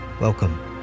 welcome